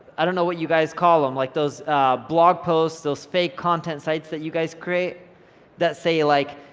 i don't know what you guys call em, like those blog posts, those fake content sites that you guys create that say, like,